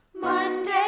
Monday